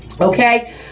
Okay